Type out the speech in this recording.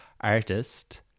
artist